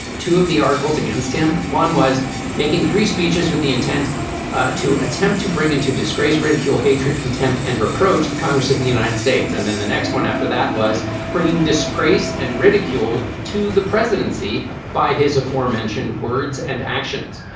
two of the articles against him. one was making three speeches with the intent to attempt to bring into disgrace ridicule hatred contempt and reproach the congress of the united states. and then the next one after that was bringing disgrace and ridicule to the presidency by his aforementioned words and actions.